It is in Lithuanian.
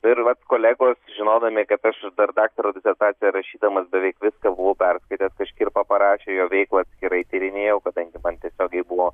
ir vat kolegos žinodami kad aš dar daktaro disertaciją rašydamas beveik viską buvau perskaitęs ką škirpa parašė jo veiklą gerai tyrinėjau kadangi man tiesiogiai buvo